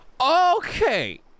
Okay